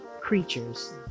creatures